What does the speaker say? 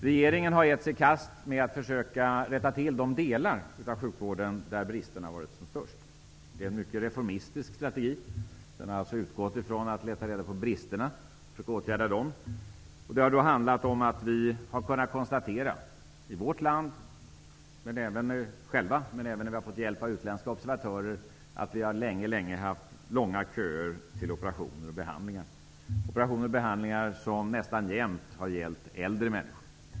Regeringen har gett sig i kast med att försöka rätta till de delar av sjukvården där bristerna har varit störst. Det är en mycket reformistisk strategi. Man har alltså letat reda på bristerna och försökt åtgärda dem. Vi har i vårt land kunnat konstatera -- vi har även fått hjälp av utländska observatörer -- att det länge har varit långa köer till operationer och behandlingar -- främst för äldre människor.